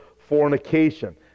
fornication